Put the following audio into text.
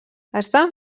estan